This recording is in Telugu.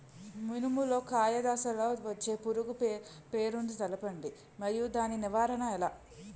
మినుము లో కాయ దశలో వచ్చే పురుగు పేరును తెలపండి? మరియు దాని నివారణ ఎలా?